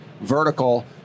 vertical